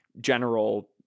general